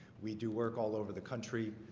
we do work all over the country